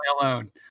alone